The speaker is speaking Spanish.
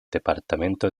departamento